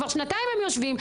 כבר שנתיים הם יושבים.